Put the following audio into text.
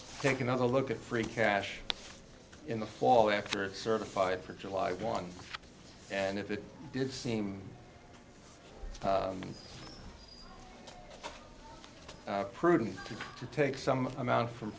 take another look at free cash in the fall after a certified for july one and if it did seem prudent to take some amount from